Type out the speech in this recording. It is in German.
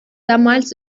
damals